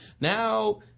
Now